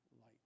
light